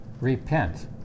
Repent